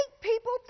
people